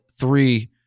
three-